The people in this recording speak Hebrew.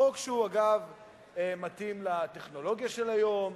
חוק שמתאים, אגב, לטכנולוגיה של היום,